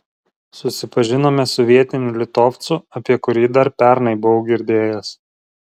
susipažinome su vietiniu litovcu apie kurį dar pernai buvau girdėjęs